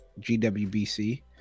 GWBC